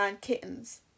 kittens